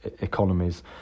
economies